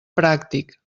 pràctic